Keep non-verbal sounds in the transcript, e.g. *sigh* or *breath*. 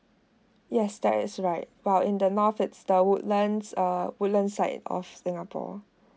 yes that is right while in the north at woodlands err woodlands side of singapore *breath*